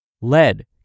Lead